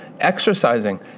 Exercising